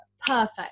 perfect